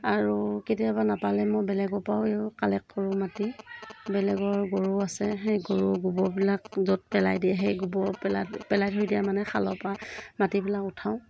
আৰু কেতিয়াবা নাপালে মই বেলেগৰ পৰাও কালেক কৰোঁ মাটি বেলেগৰ গৰু আছে সেই গৰুৰ গোবৰবিলাক য'ত পেলাই দিয়ে সেই গোবৰ পেলাত পেলাই থৈ দিয়ে মানে খালৰ পৰা মাটিবিলাক উঠাওঁ